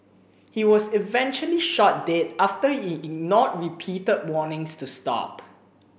he was eventually shot dead after he ignored repeated warnings to stop